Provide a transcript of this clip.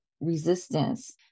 resistance